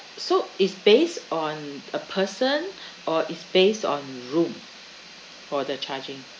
so it's based on a person or it's based on room for the charging